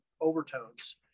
overtones